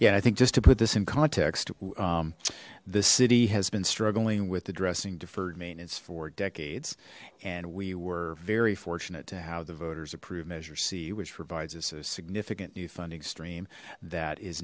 yet i think just to put this in context the city has been struggling with addressing deferred maintenance for decades and we were very fortunate to have the voters approve measure c which provides us a significant new funding stream that is